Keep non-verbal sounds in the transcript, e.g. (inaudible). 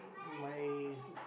my (noise)